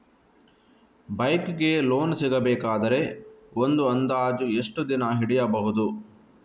Bike ಗೆ loan ಸಿಗಬೇಕಾದರೆ ಒಂದು ಅಂದಾಜು ಎಷ್ಟು ದಿನ ಹಿಡಿಯಬಹುದು?